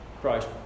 Christ